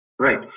Right